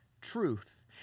truth